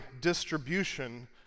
distribution